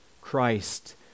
Christ